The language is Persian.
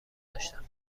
داشتم